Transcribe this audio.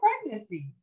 pregnancy